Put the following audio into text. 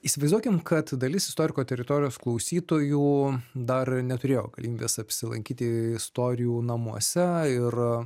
įsivaizduokim kad dalis istoriko teritorijos klausytojų dar neturėjo galimybės apsilankyti istorijų namuose ir